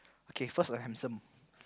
okay first I'm handsome